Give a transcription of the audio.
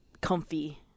comfy